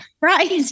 Right